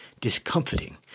discomforting